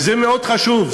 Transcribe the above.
וזה מאוד חשוב.